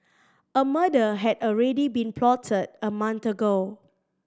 a murder had already been plotted a month ago